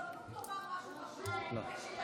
מה יש להתנגד?